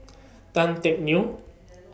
Tan Teck Neo